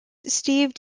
steve